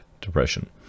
Depression